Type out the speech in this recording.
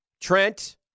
Trent